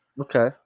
Okay